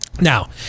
Now